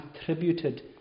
attributed